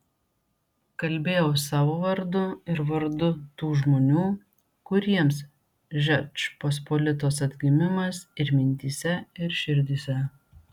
kalbėjau savo vardu ir vardu tų žmonių kuriems žečpospolitos atgimimas ir mintyse ir širdyse